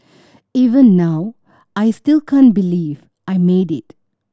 even now I still can't believe I made it